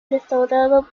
restaurado